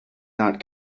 not